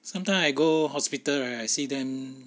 sometimes I go hospital right I see them